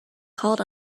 called